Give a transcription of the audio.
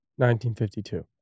1952